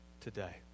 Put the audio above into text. today